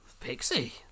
Pixie